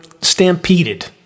stampeded